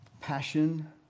passion